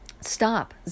stop